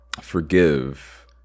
forgive